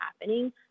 happening